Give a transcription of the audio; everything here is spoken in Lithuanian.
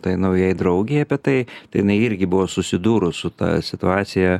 tai naujai draugei apie tai tai jinai irgi buvo susidūrus su ta situacija